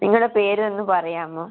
നിങ്ങളുടെ പേര് ഒന്ന് പറയാമോ